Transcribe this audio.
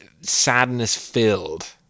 sadness-filled